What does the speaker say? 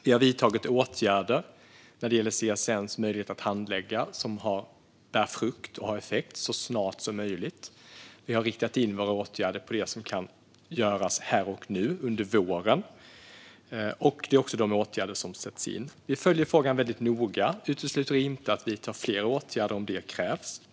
Vi har vidtagit åtgärder för CSN:s möjlighet att handlägga detta som kommer att bära frukt och få effekt så snart möjligt. Vi har riktat in våra åtgärder på det som kan göras här och nu under våren, och de sätts också in. Vi följer frågan väldigt noga och utesluter inte att vidta fler åtgärder om det krävs.